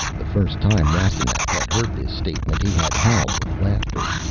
the first time rastignac had heard this statement he had howled with laughter.